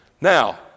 Now